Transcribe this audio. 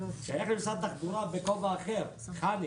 זה שייך למשרד התחבורה בכובע אחר, חנ"י.